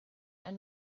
ein